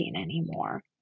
anymore